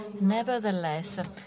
Nevertheless